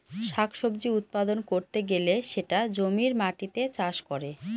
শাক সবজি উৎপাদন করতে গেলে সেটা জমির মাটিতে চাষ করে